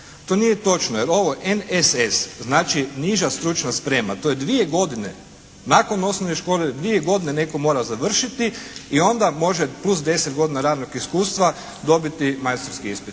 To nije točno, jer ovo NSS znači niža stručna sprema, to je 2 godine, nakon osnovne škole 2 godine netko mora završiti i onda može, plus 10 godina radnog iskustva dobiti majstorski ispit.